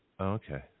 okay